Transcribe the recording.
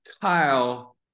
Kyle